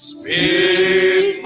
Speak